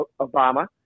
Obama